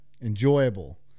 Enjoyable